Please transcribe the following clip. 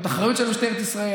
זאת אחריות של משטרת ישראל,